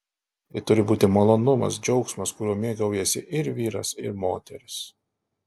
tai turi būti malonumas džiaugsmas kuriuo mėgaujasi ir vyras ir moteris